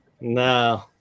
No